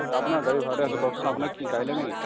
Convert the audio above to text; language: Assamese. আপোনাৰ গাড়ী ভাড়াতে আছোঁ কওকচোন আপোনাক কি গাড়ী লাগেনি